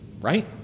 Right